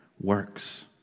works